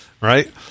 right